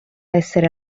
essere